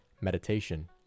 meditation